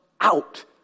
out